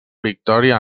victòria